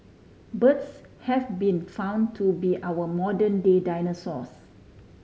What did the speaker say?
birds have been found to be our modern day dinosaurs